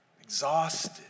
exhausted